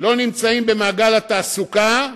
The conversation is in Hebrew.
לא נמצאים במעגל התעסוקה,